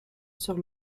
sur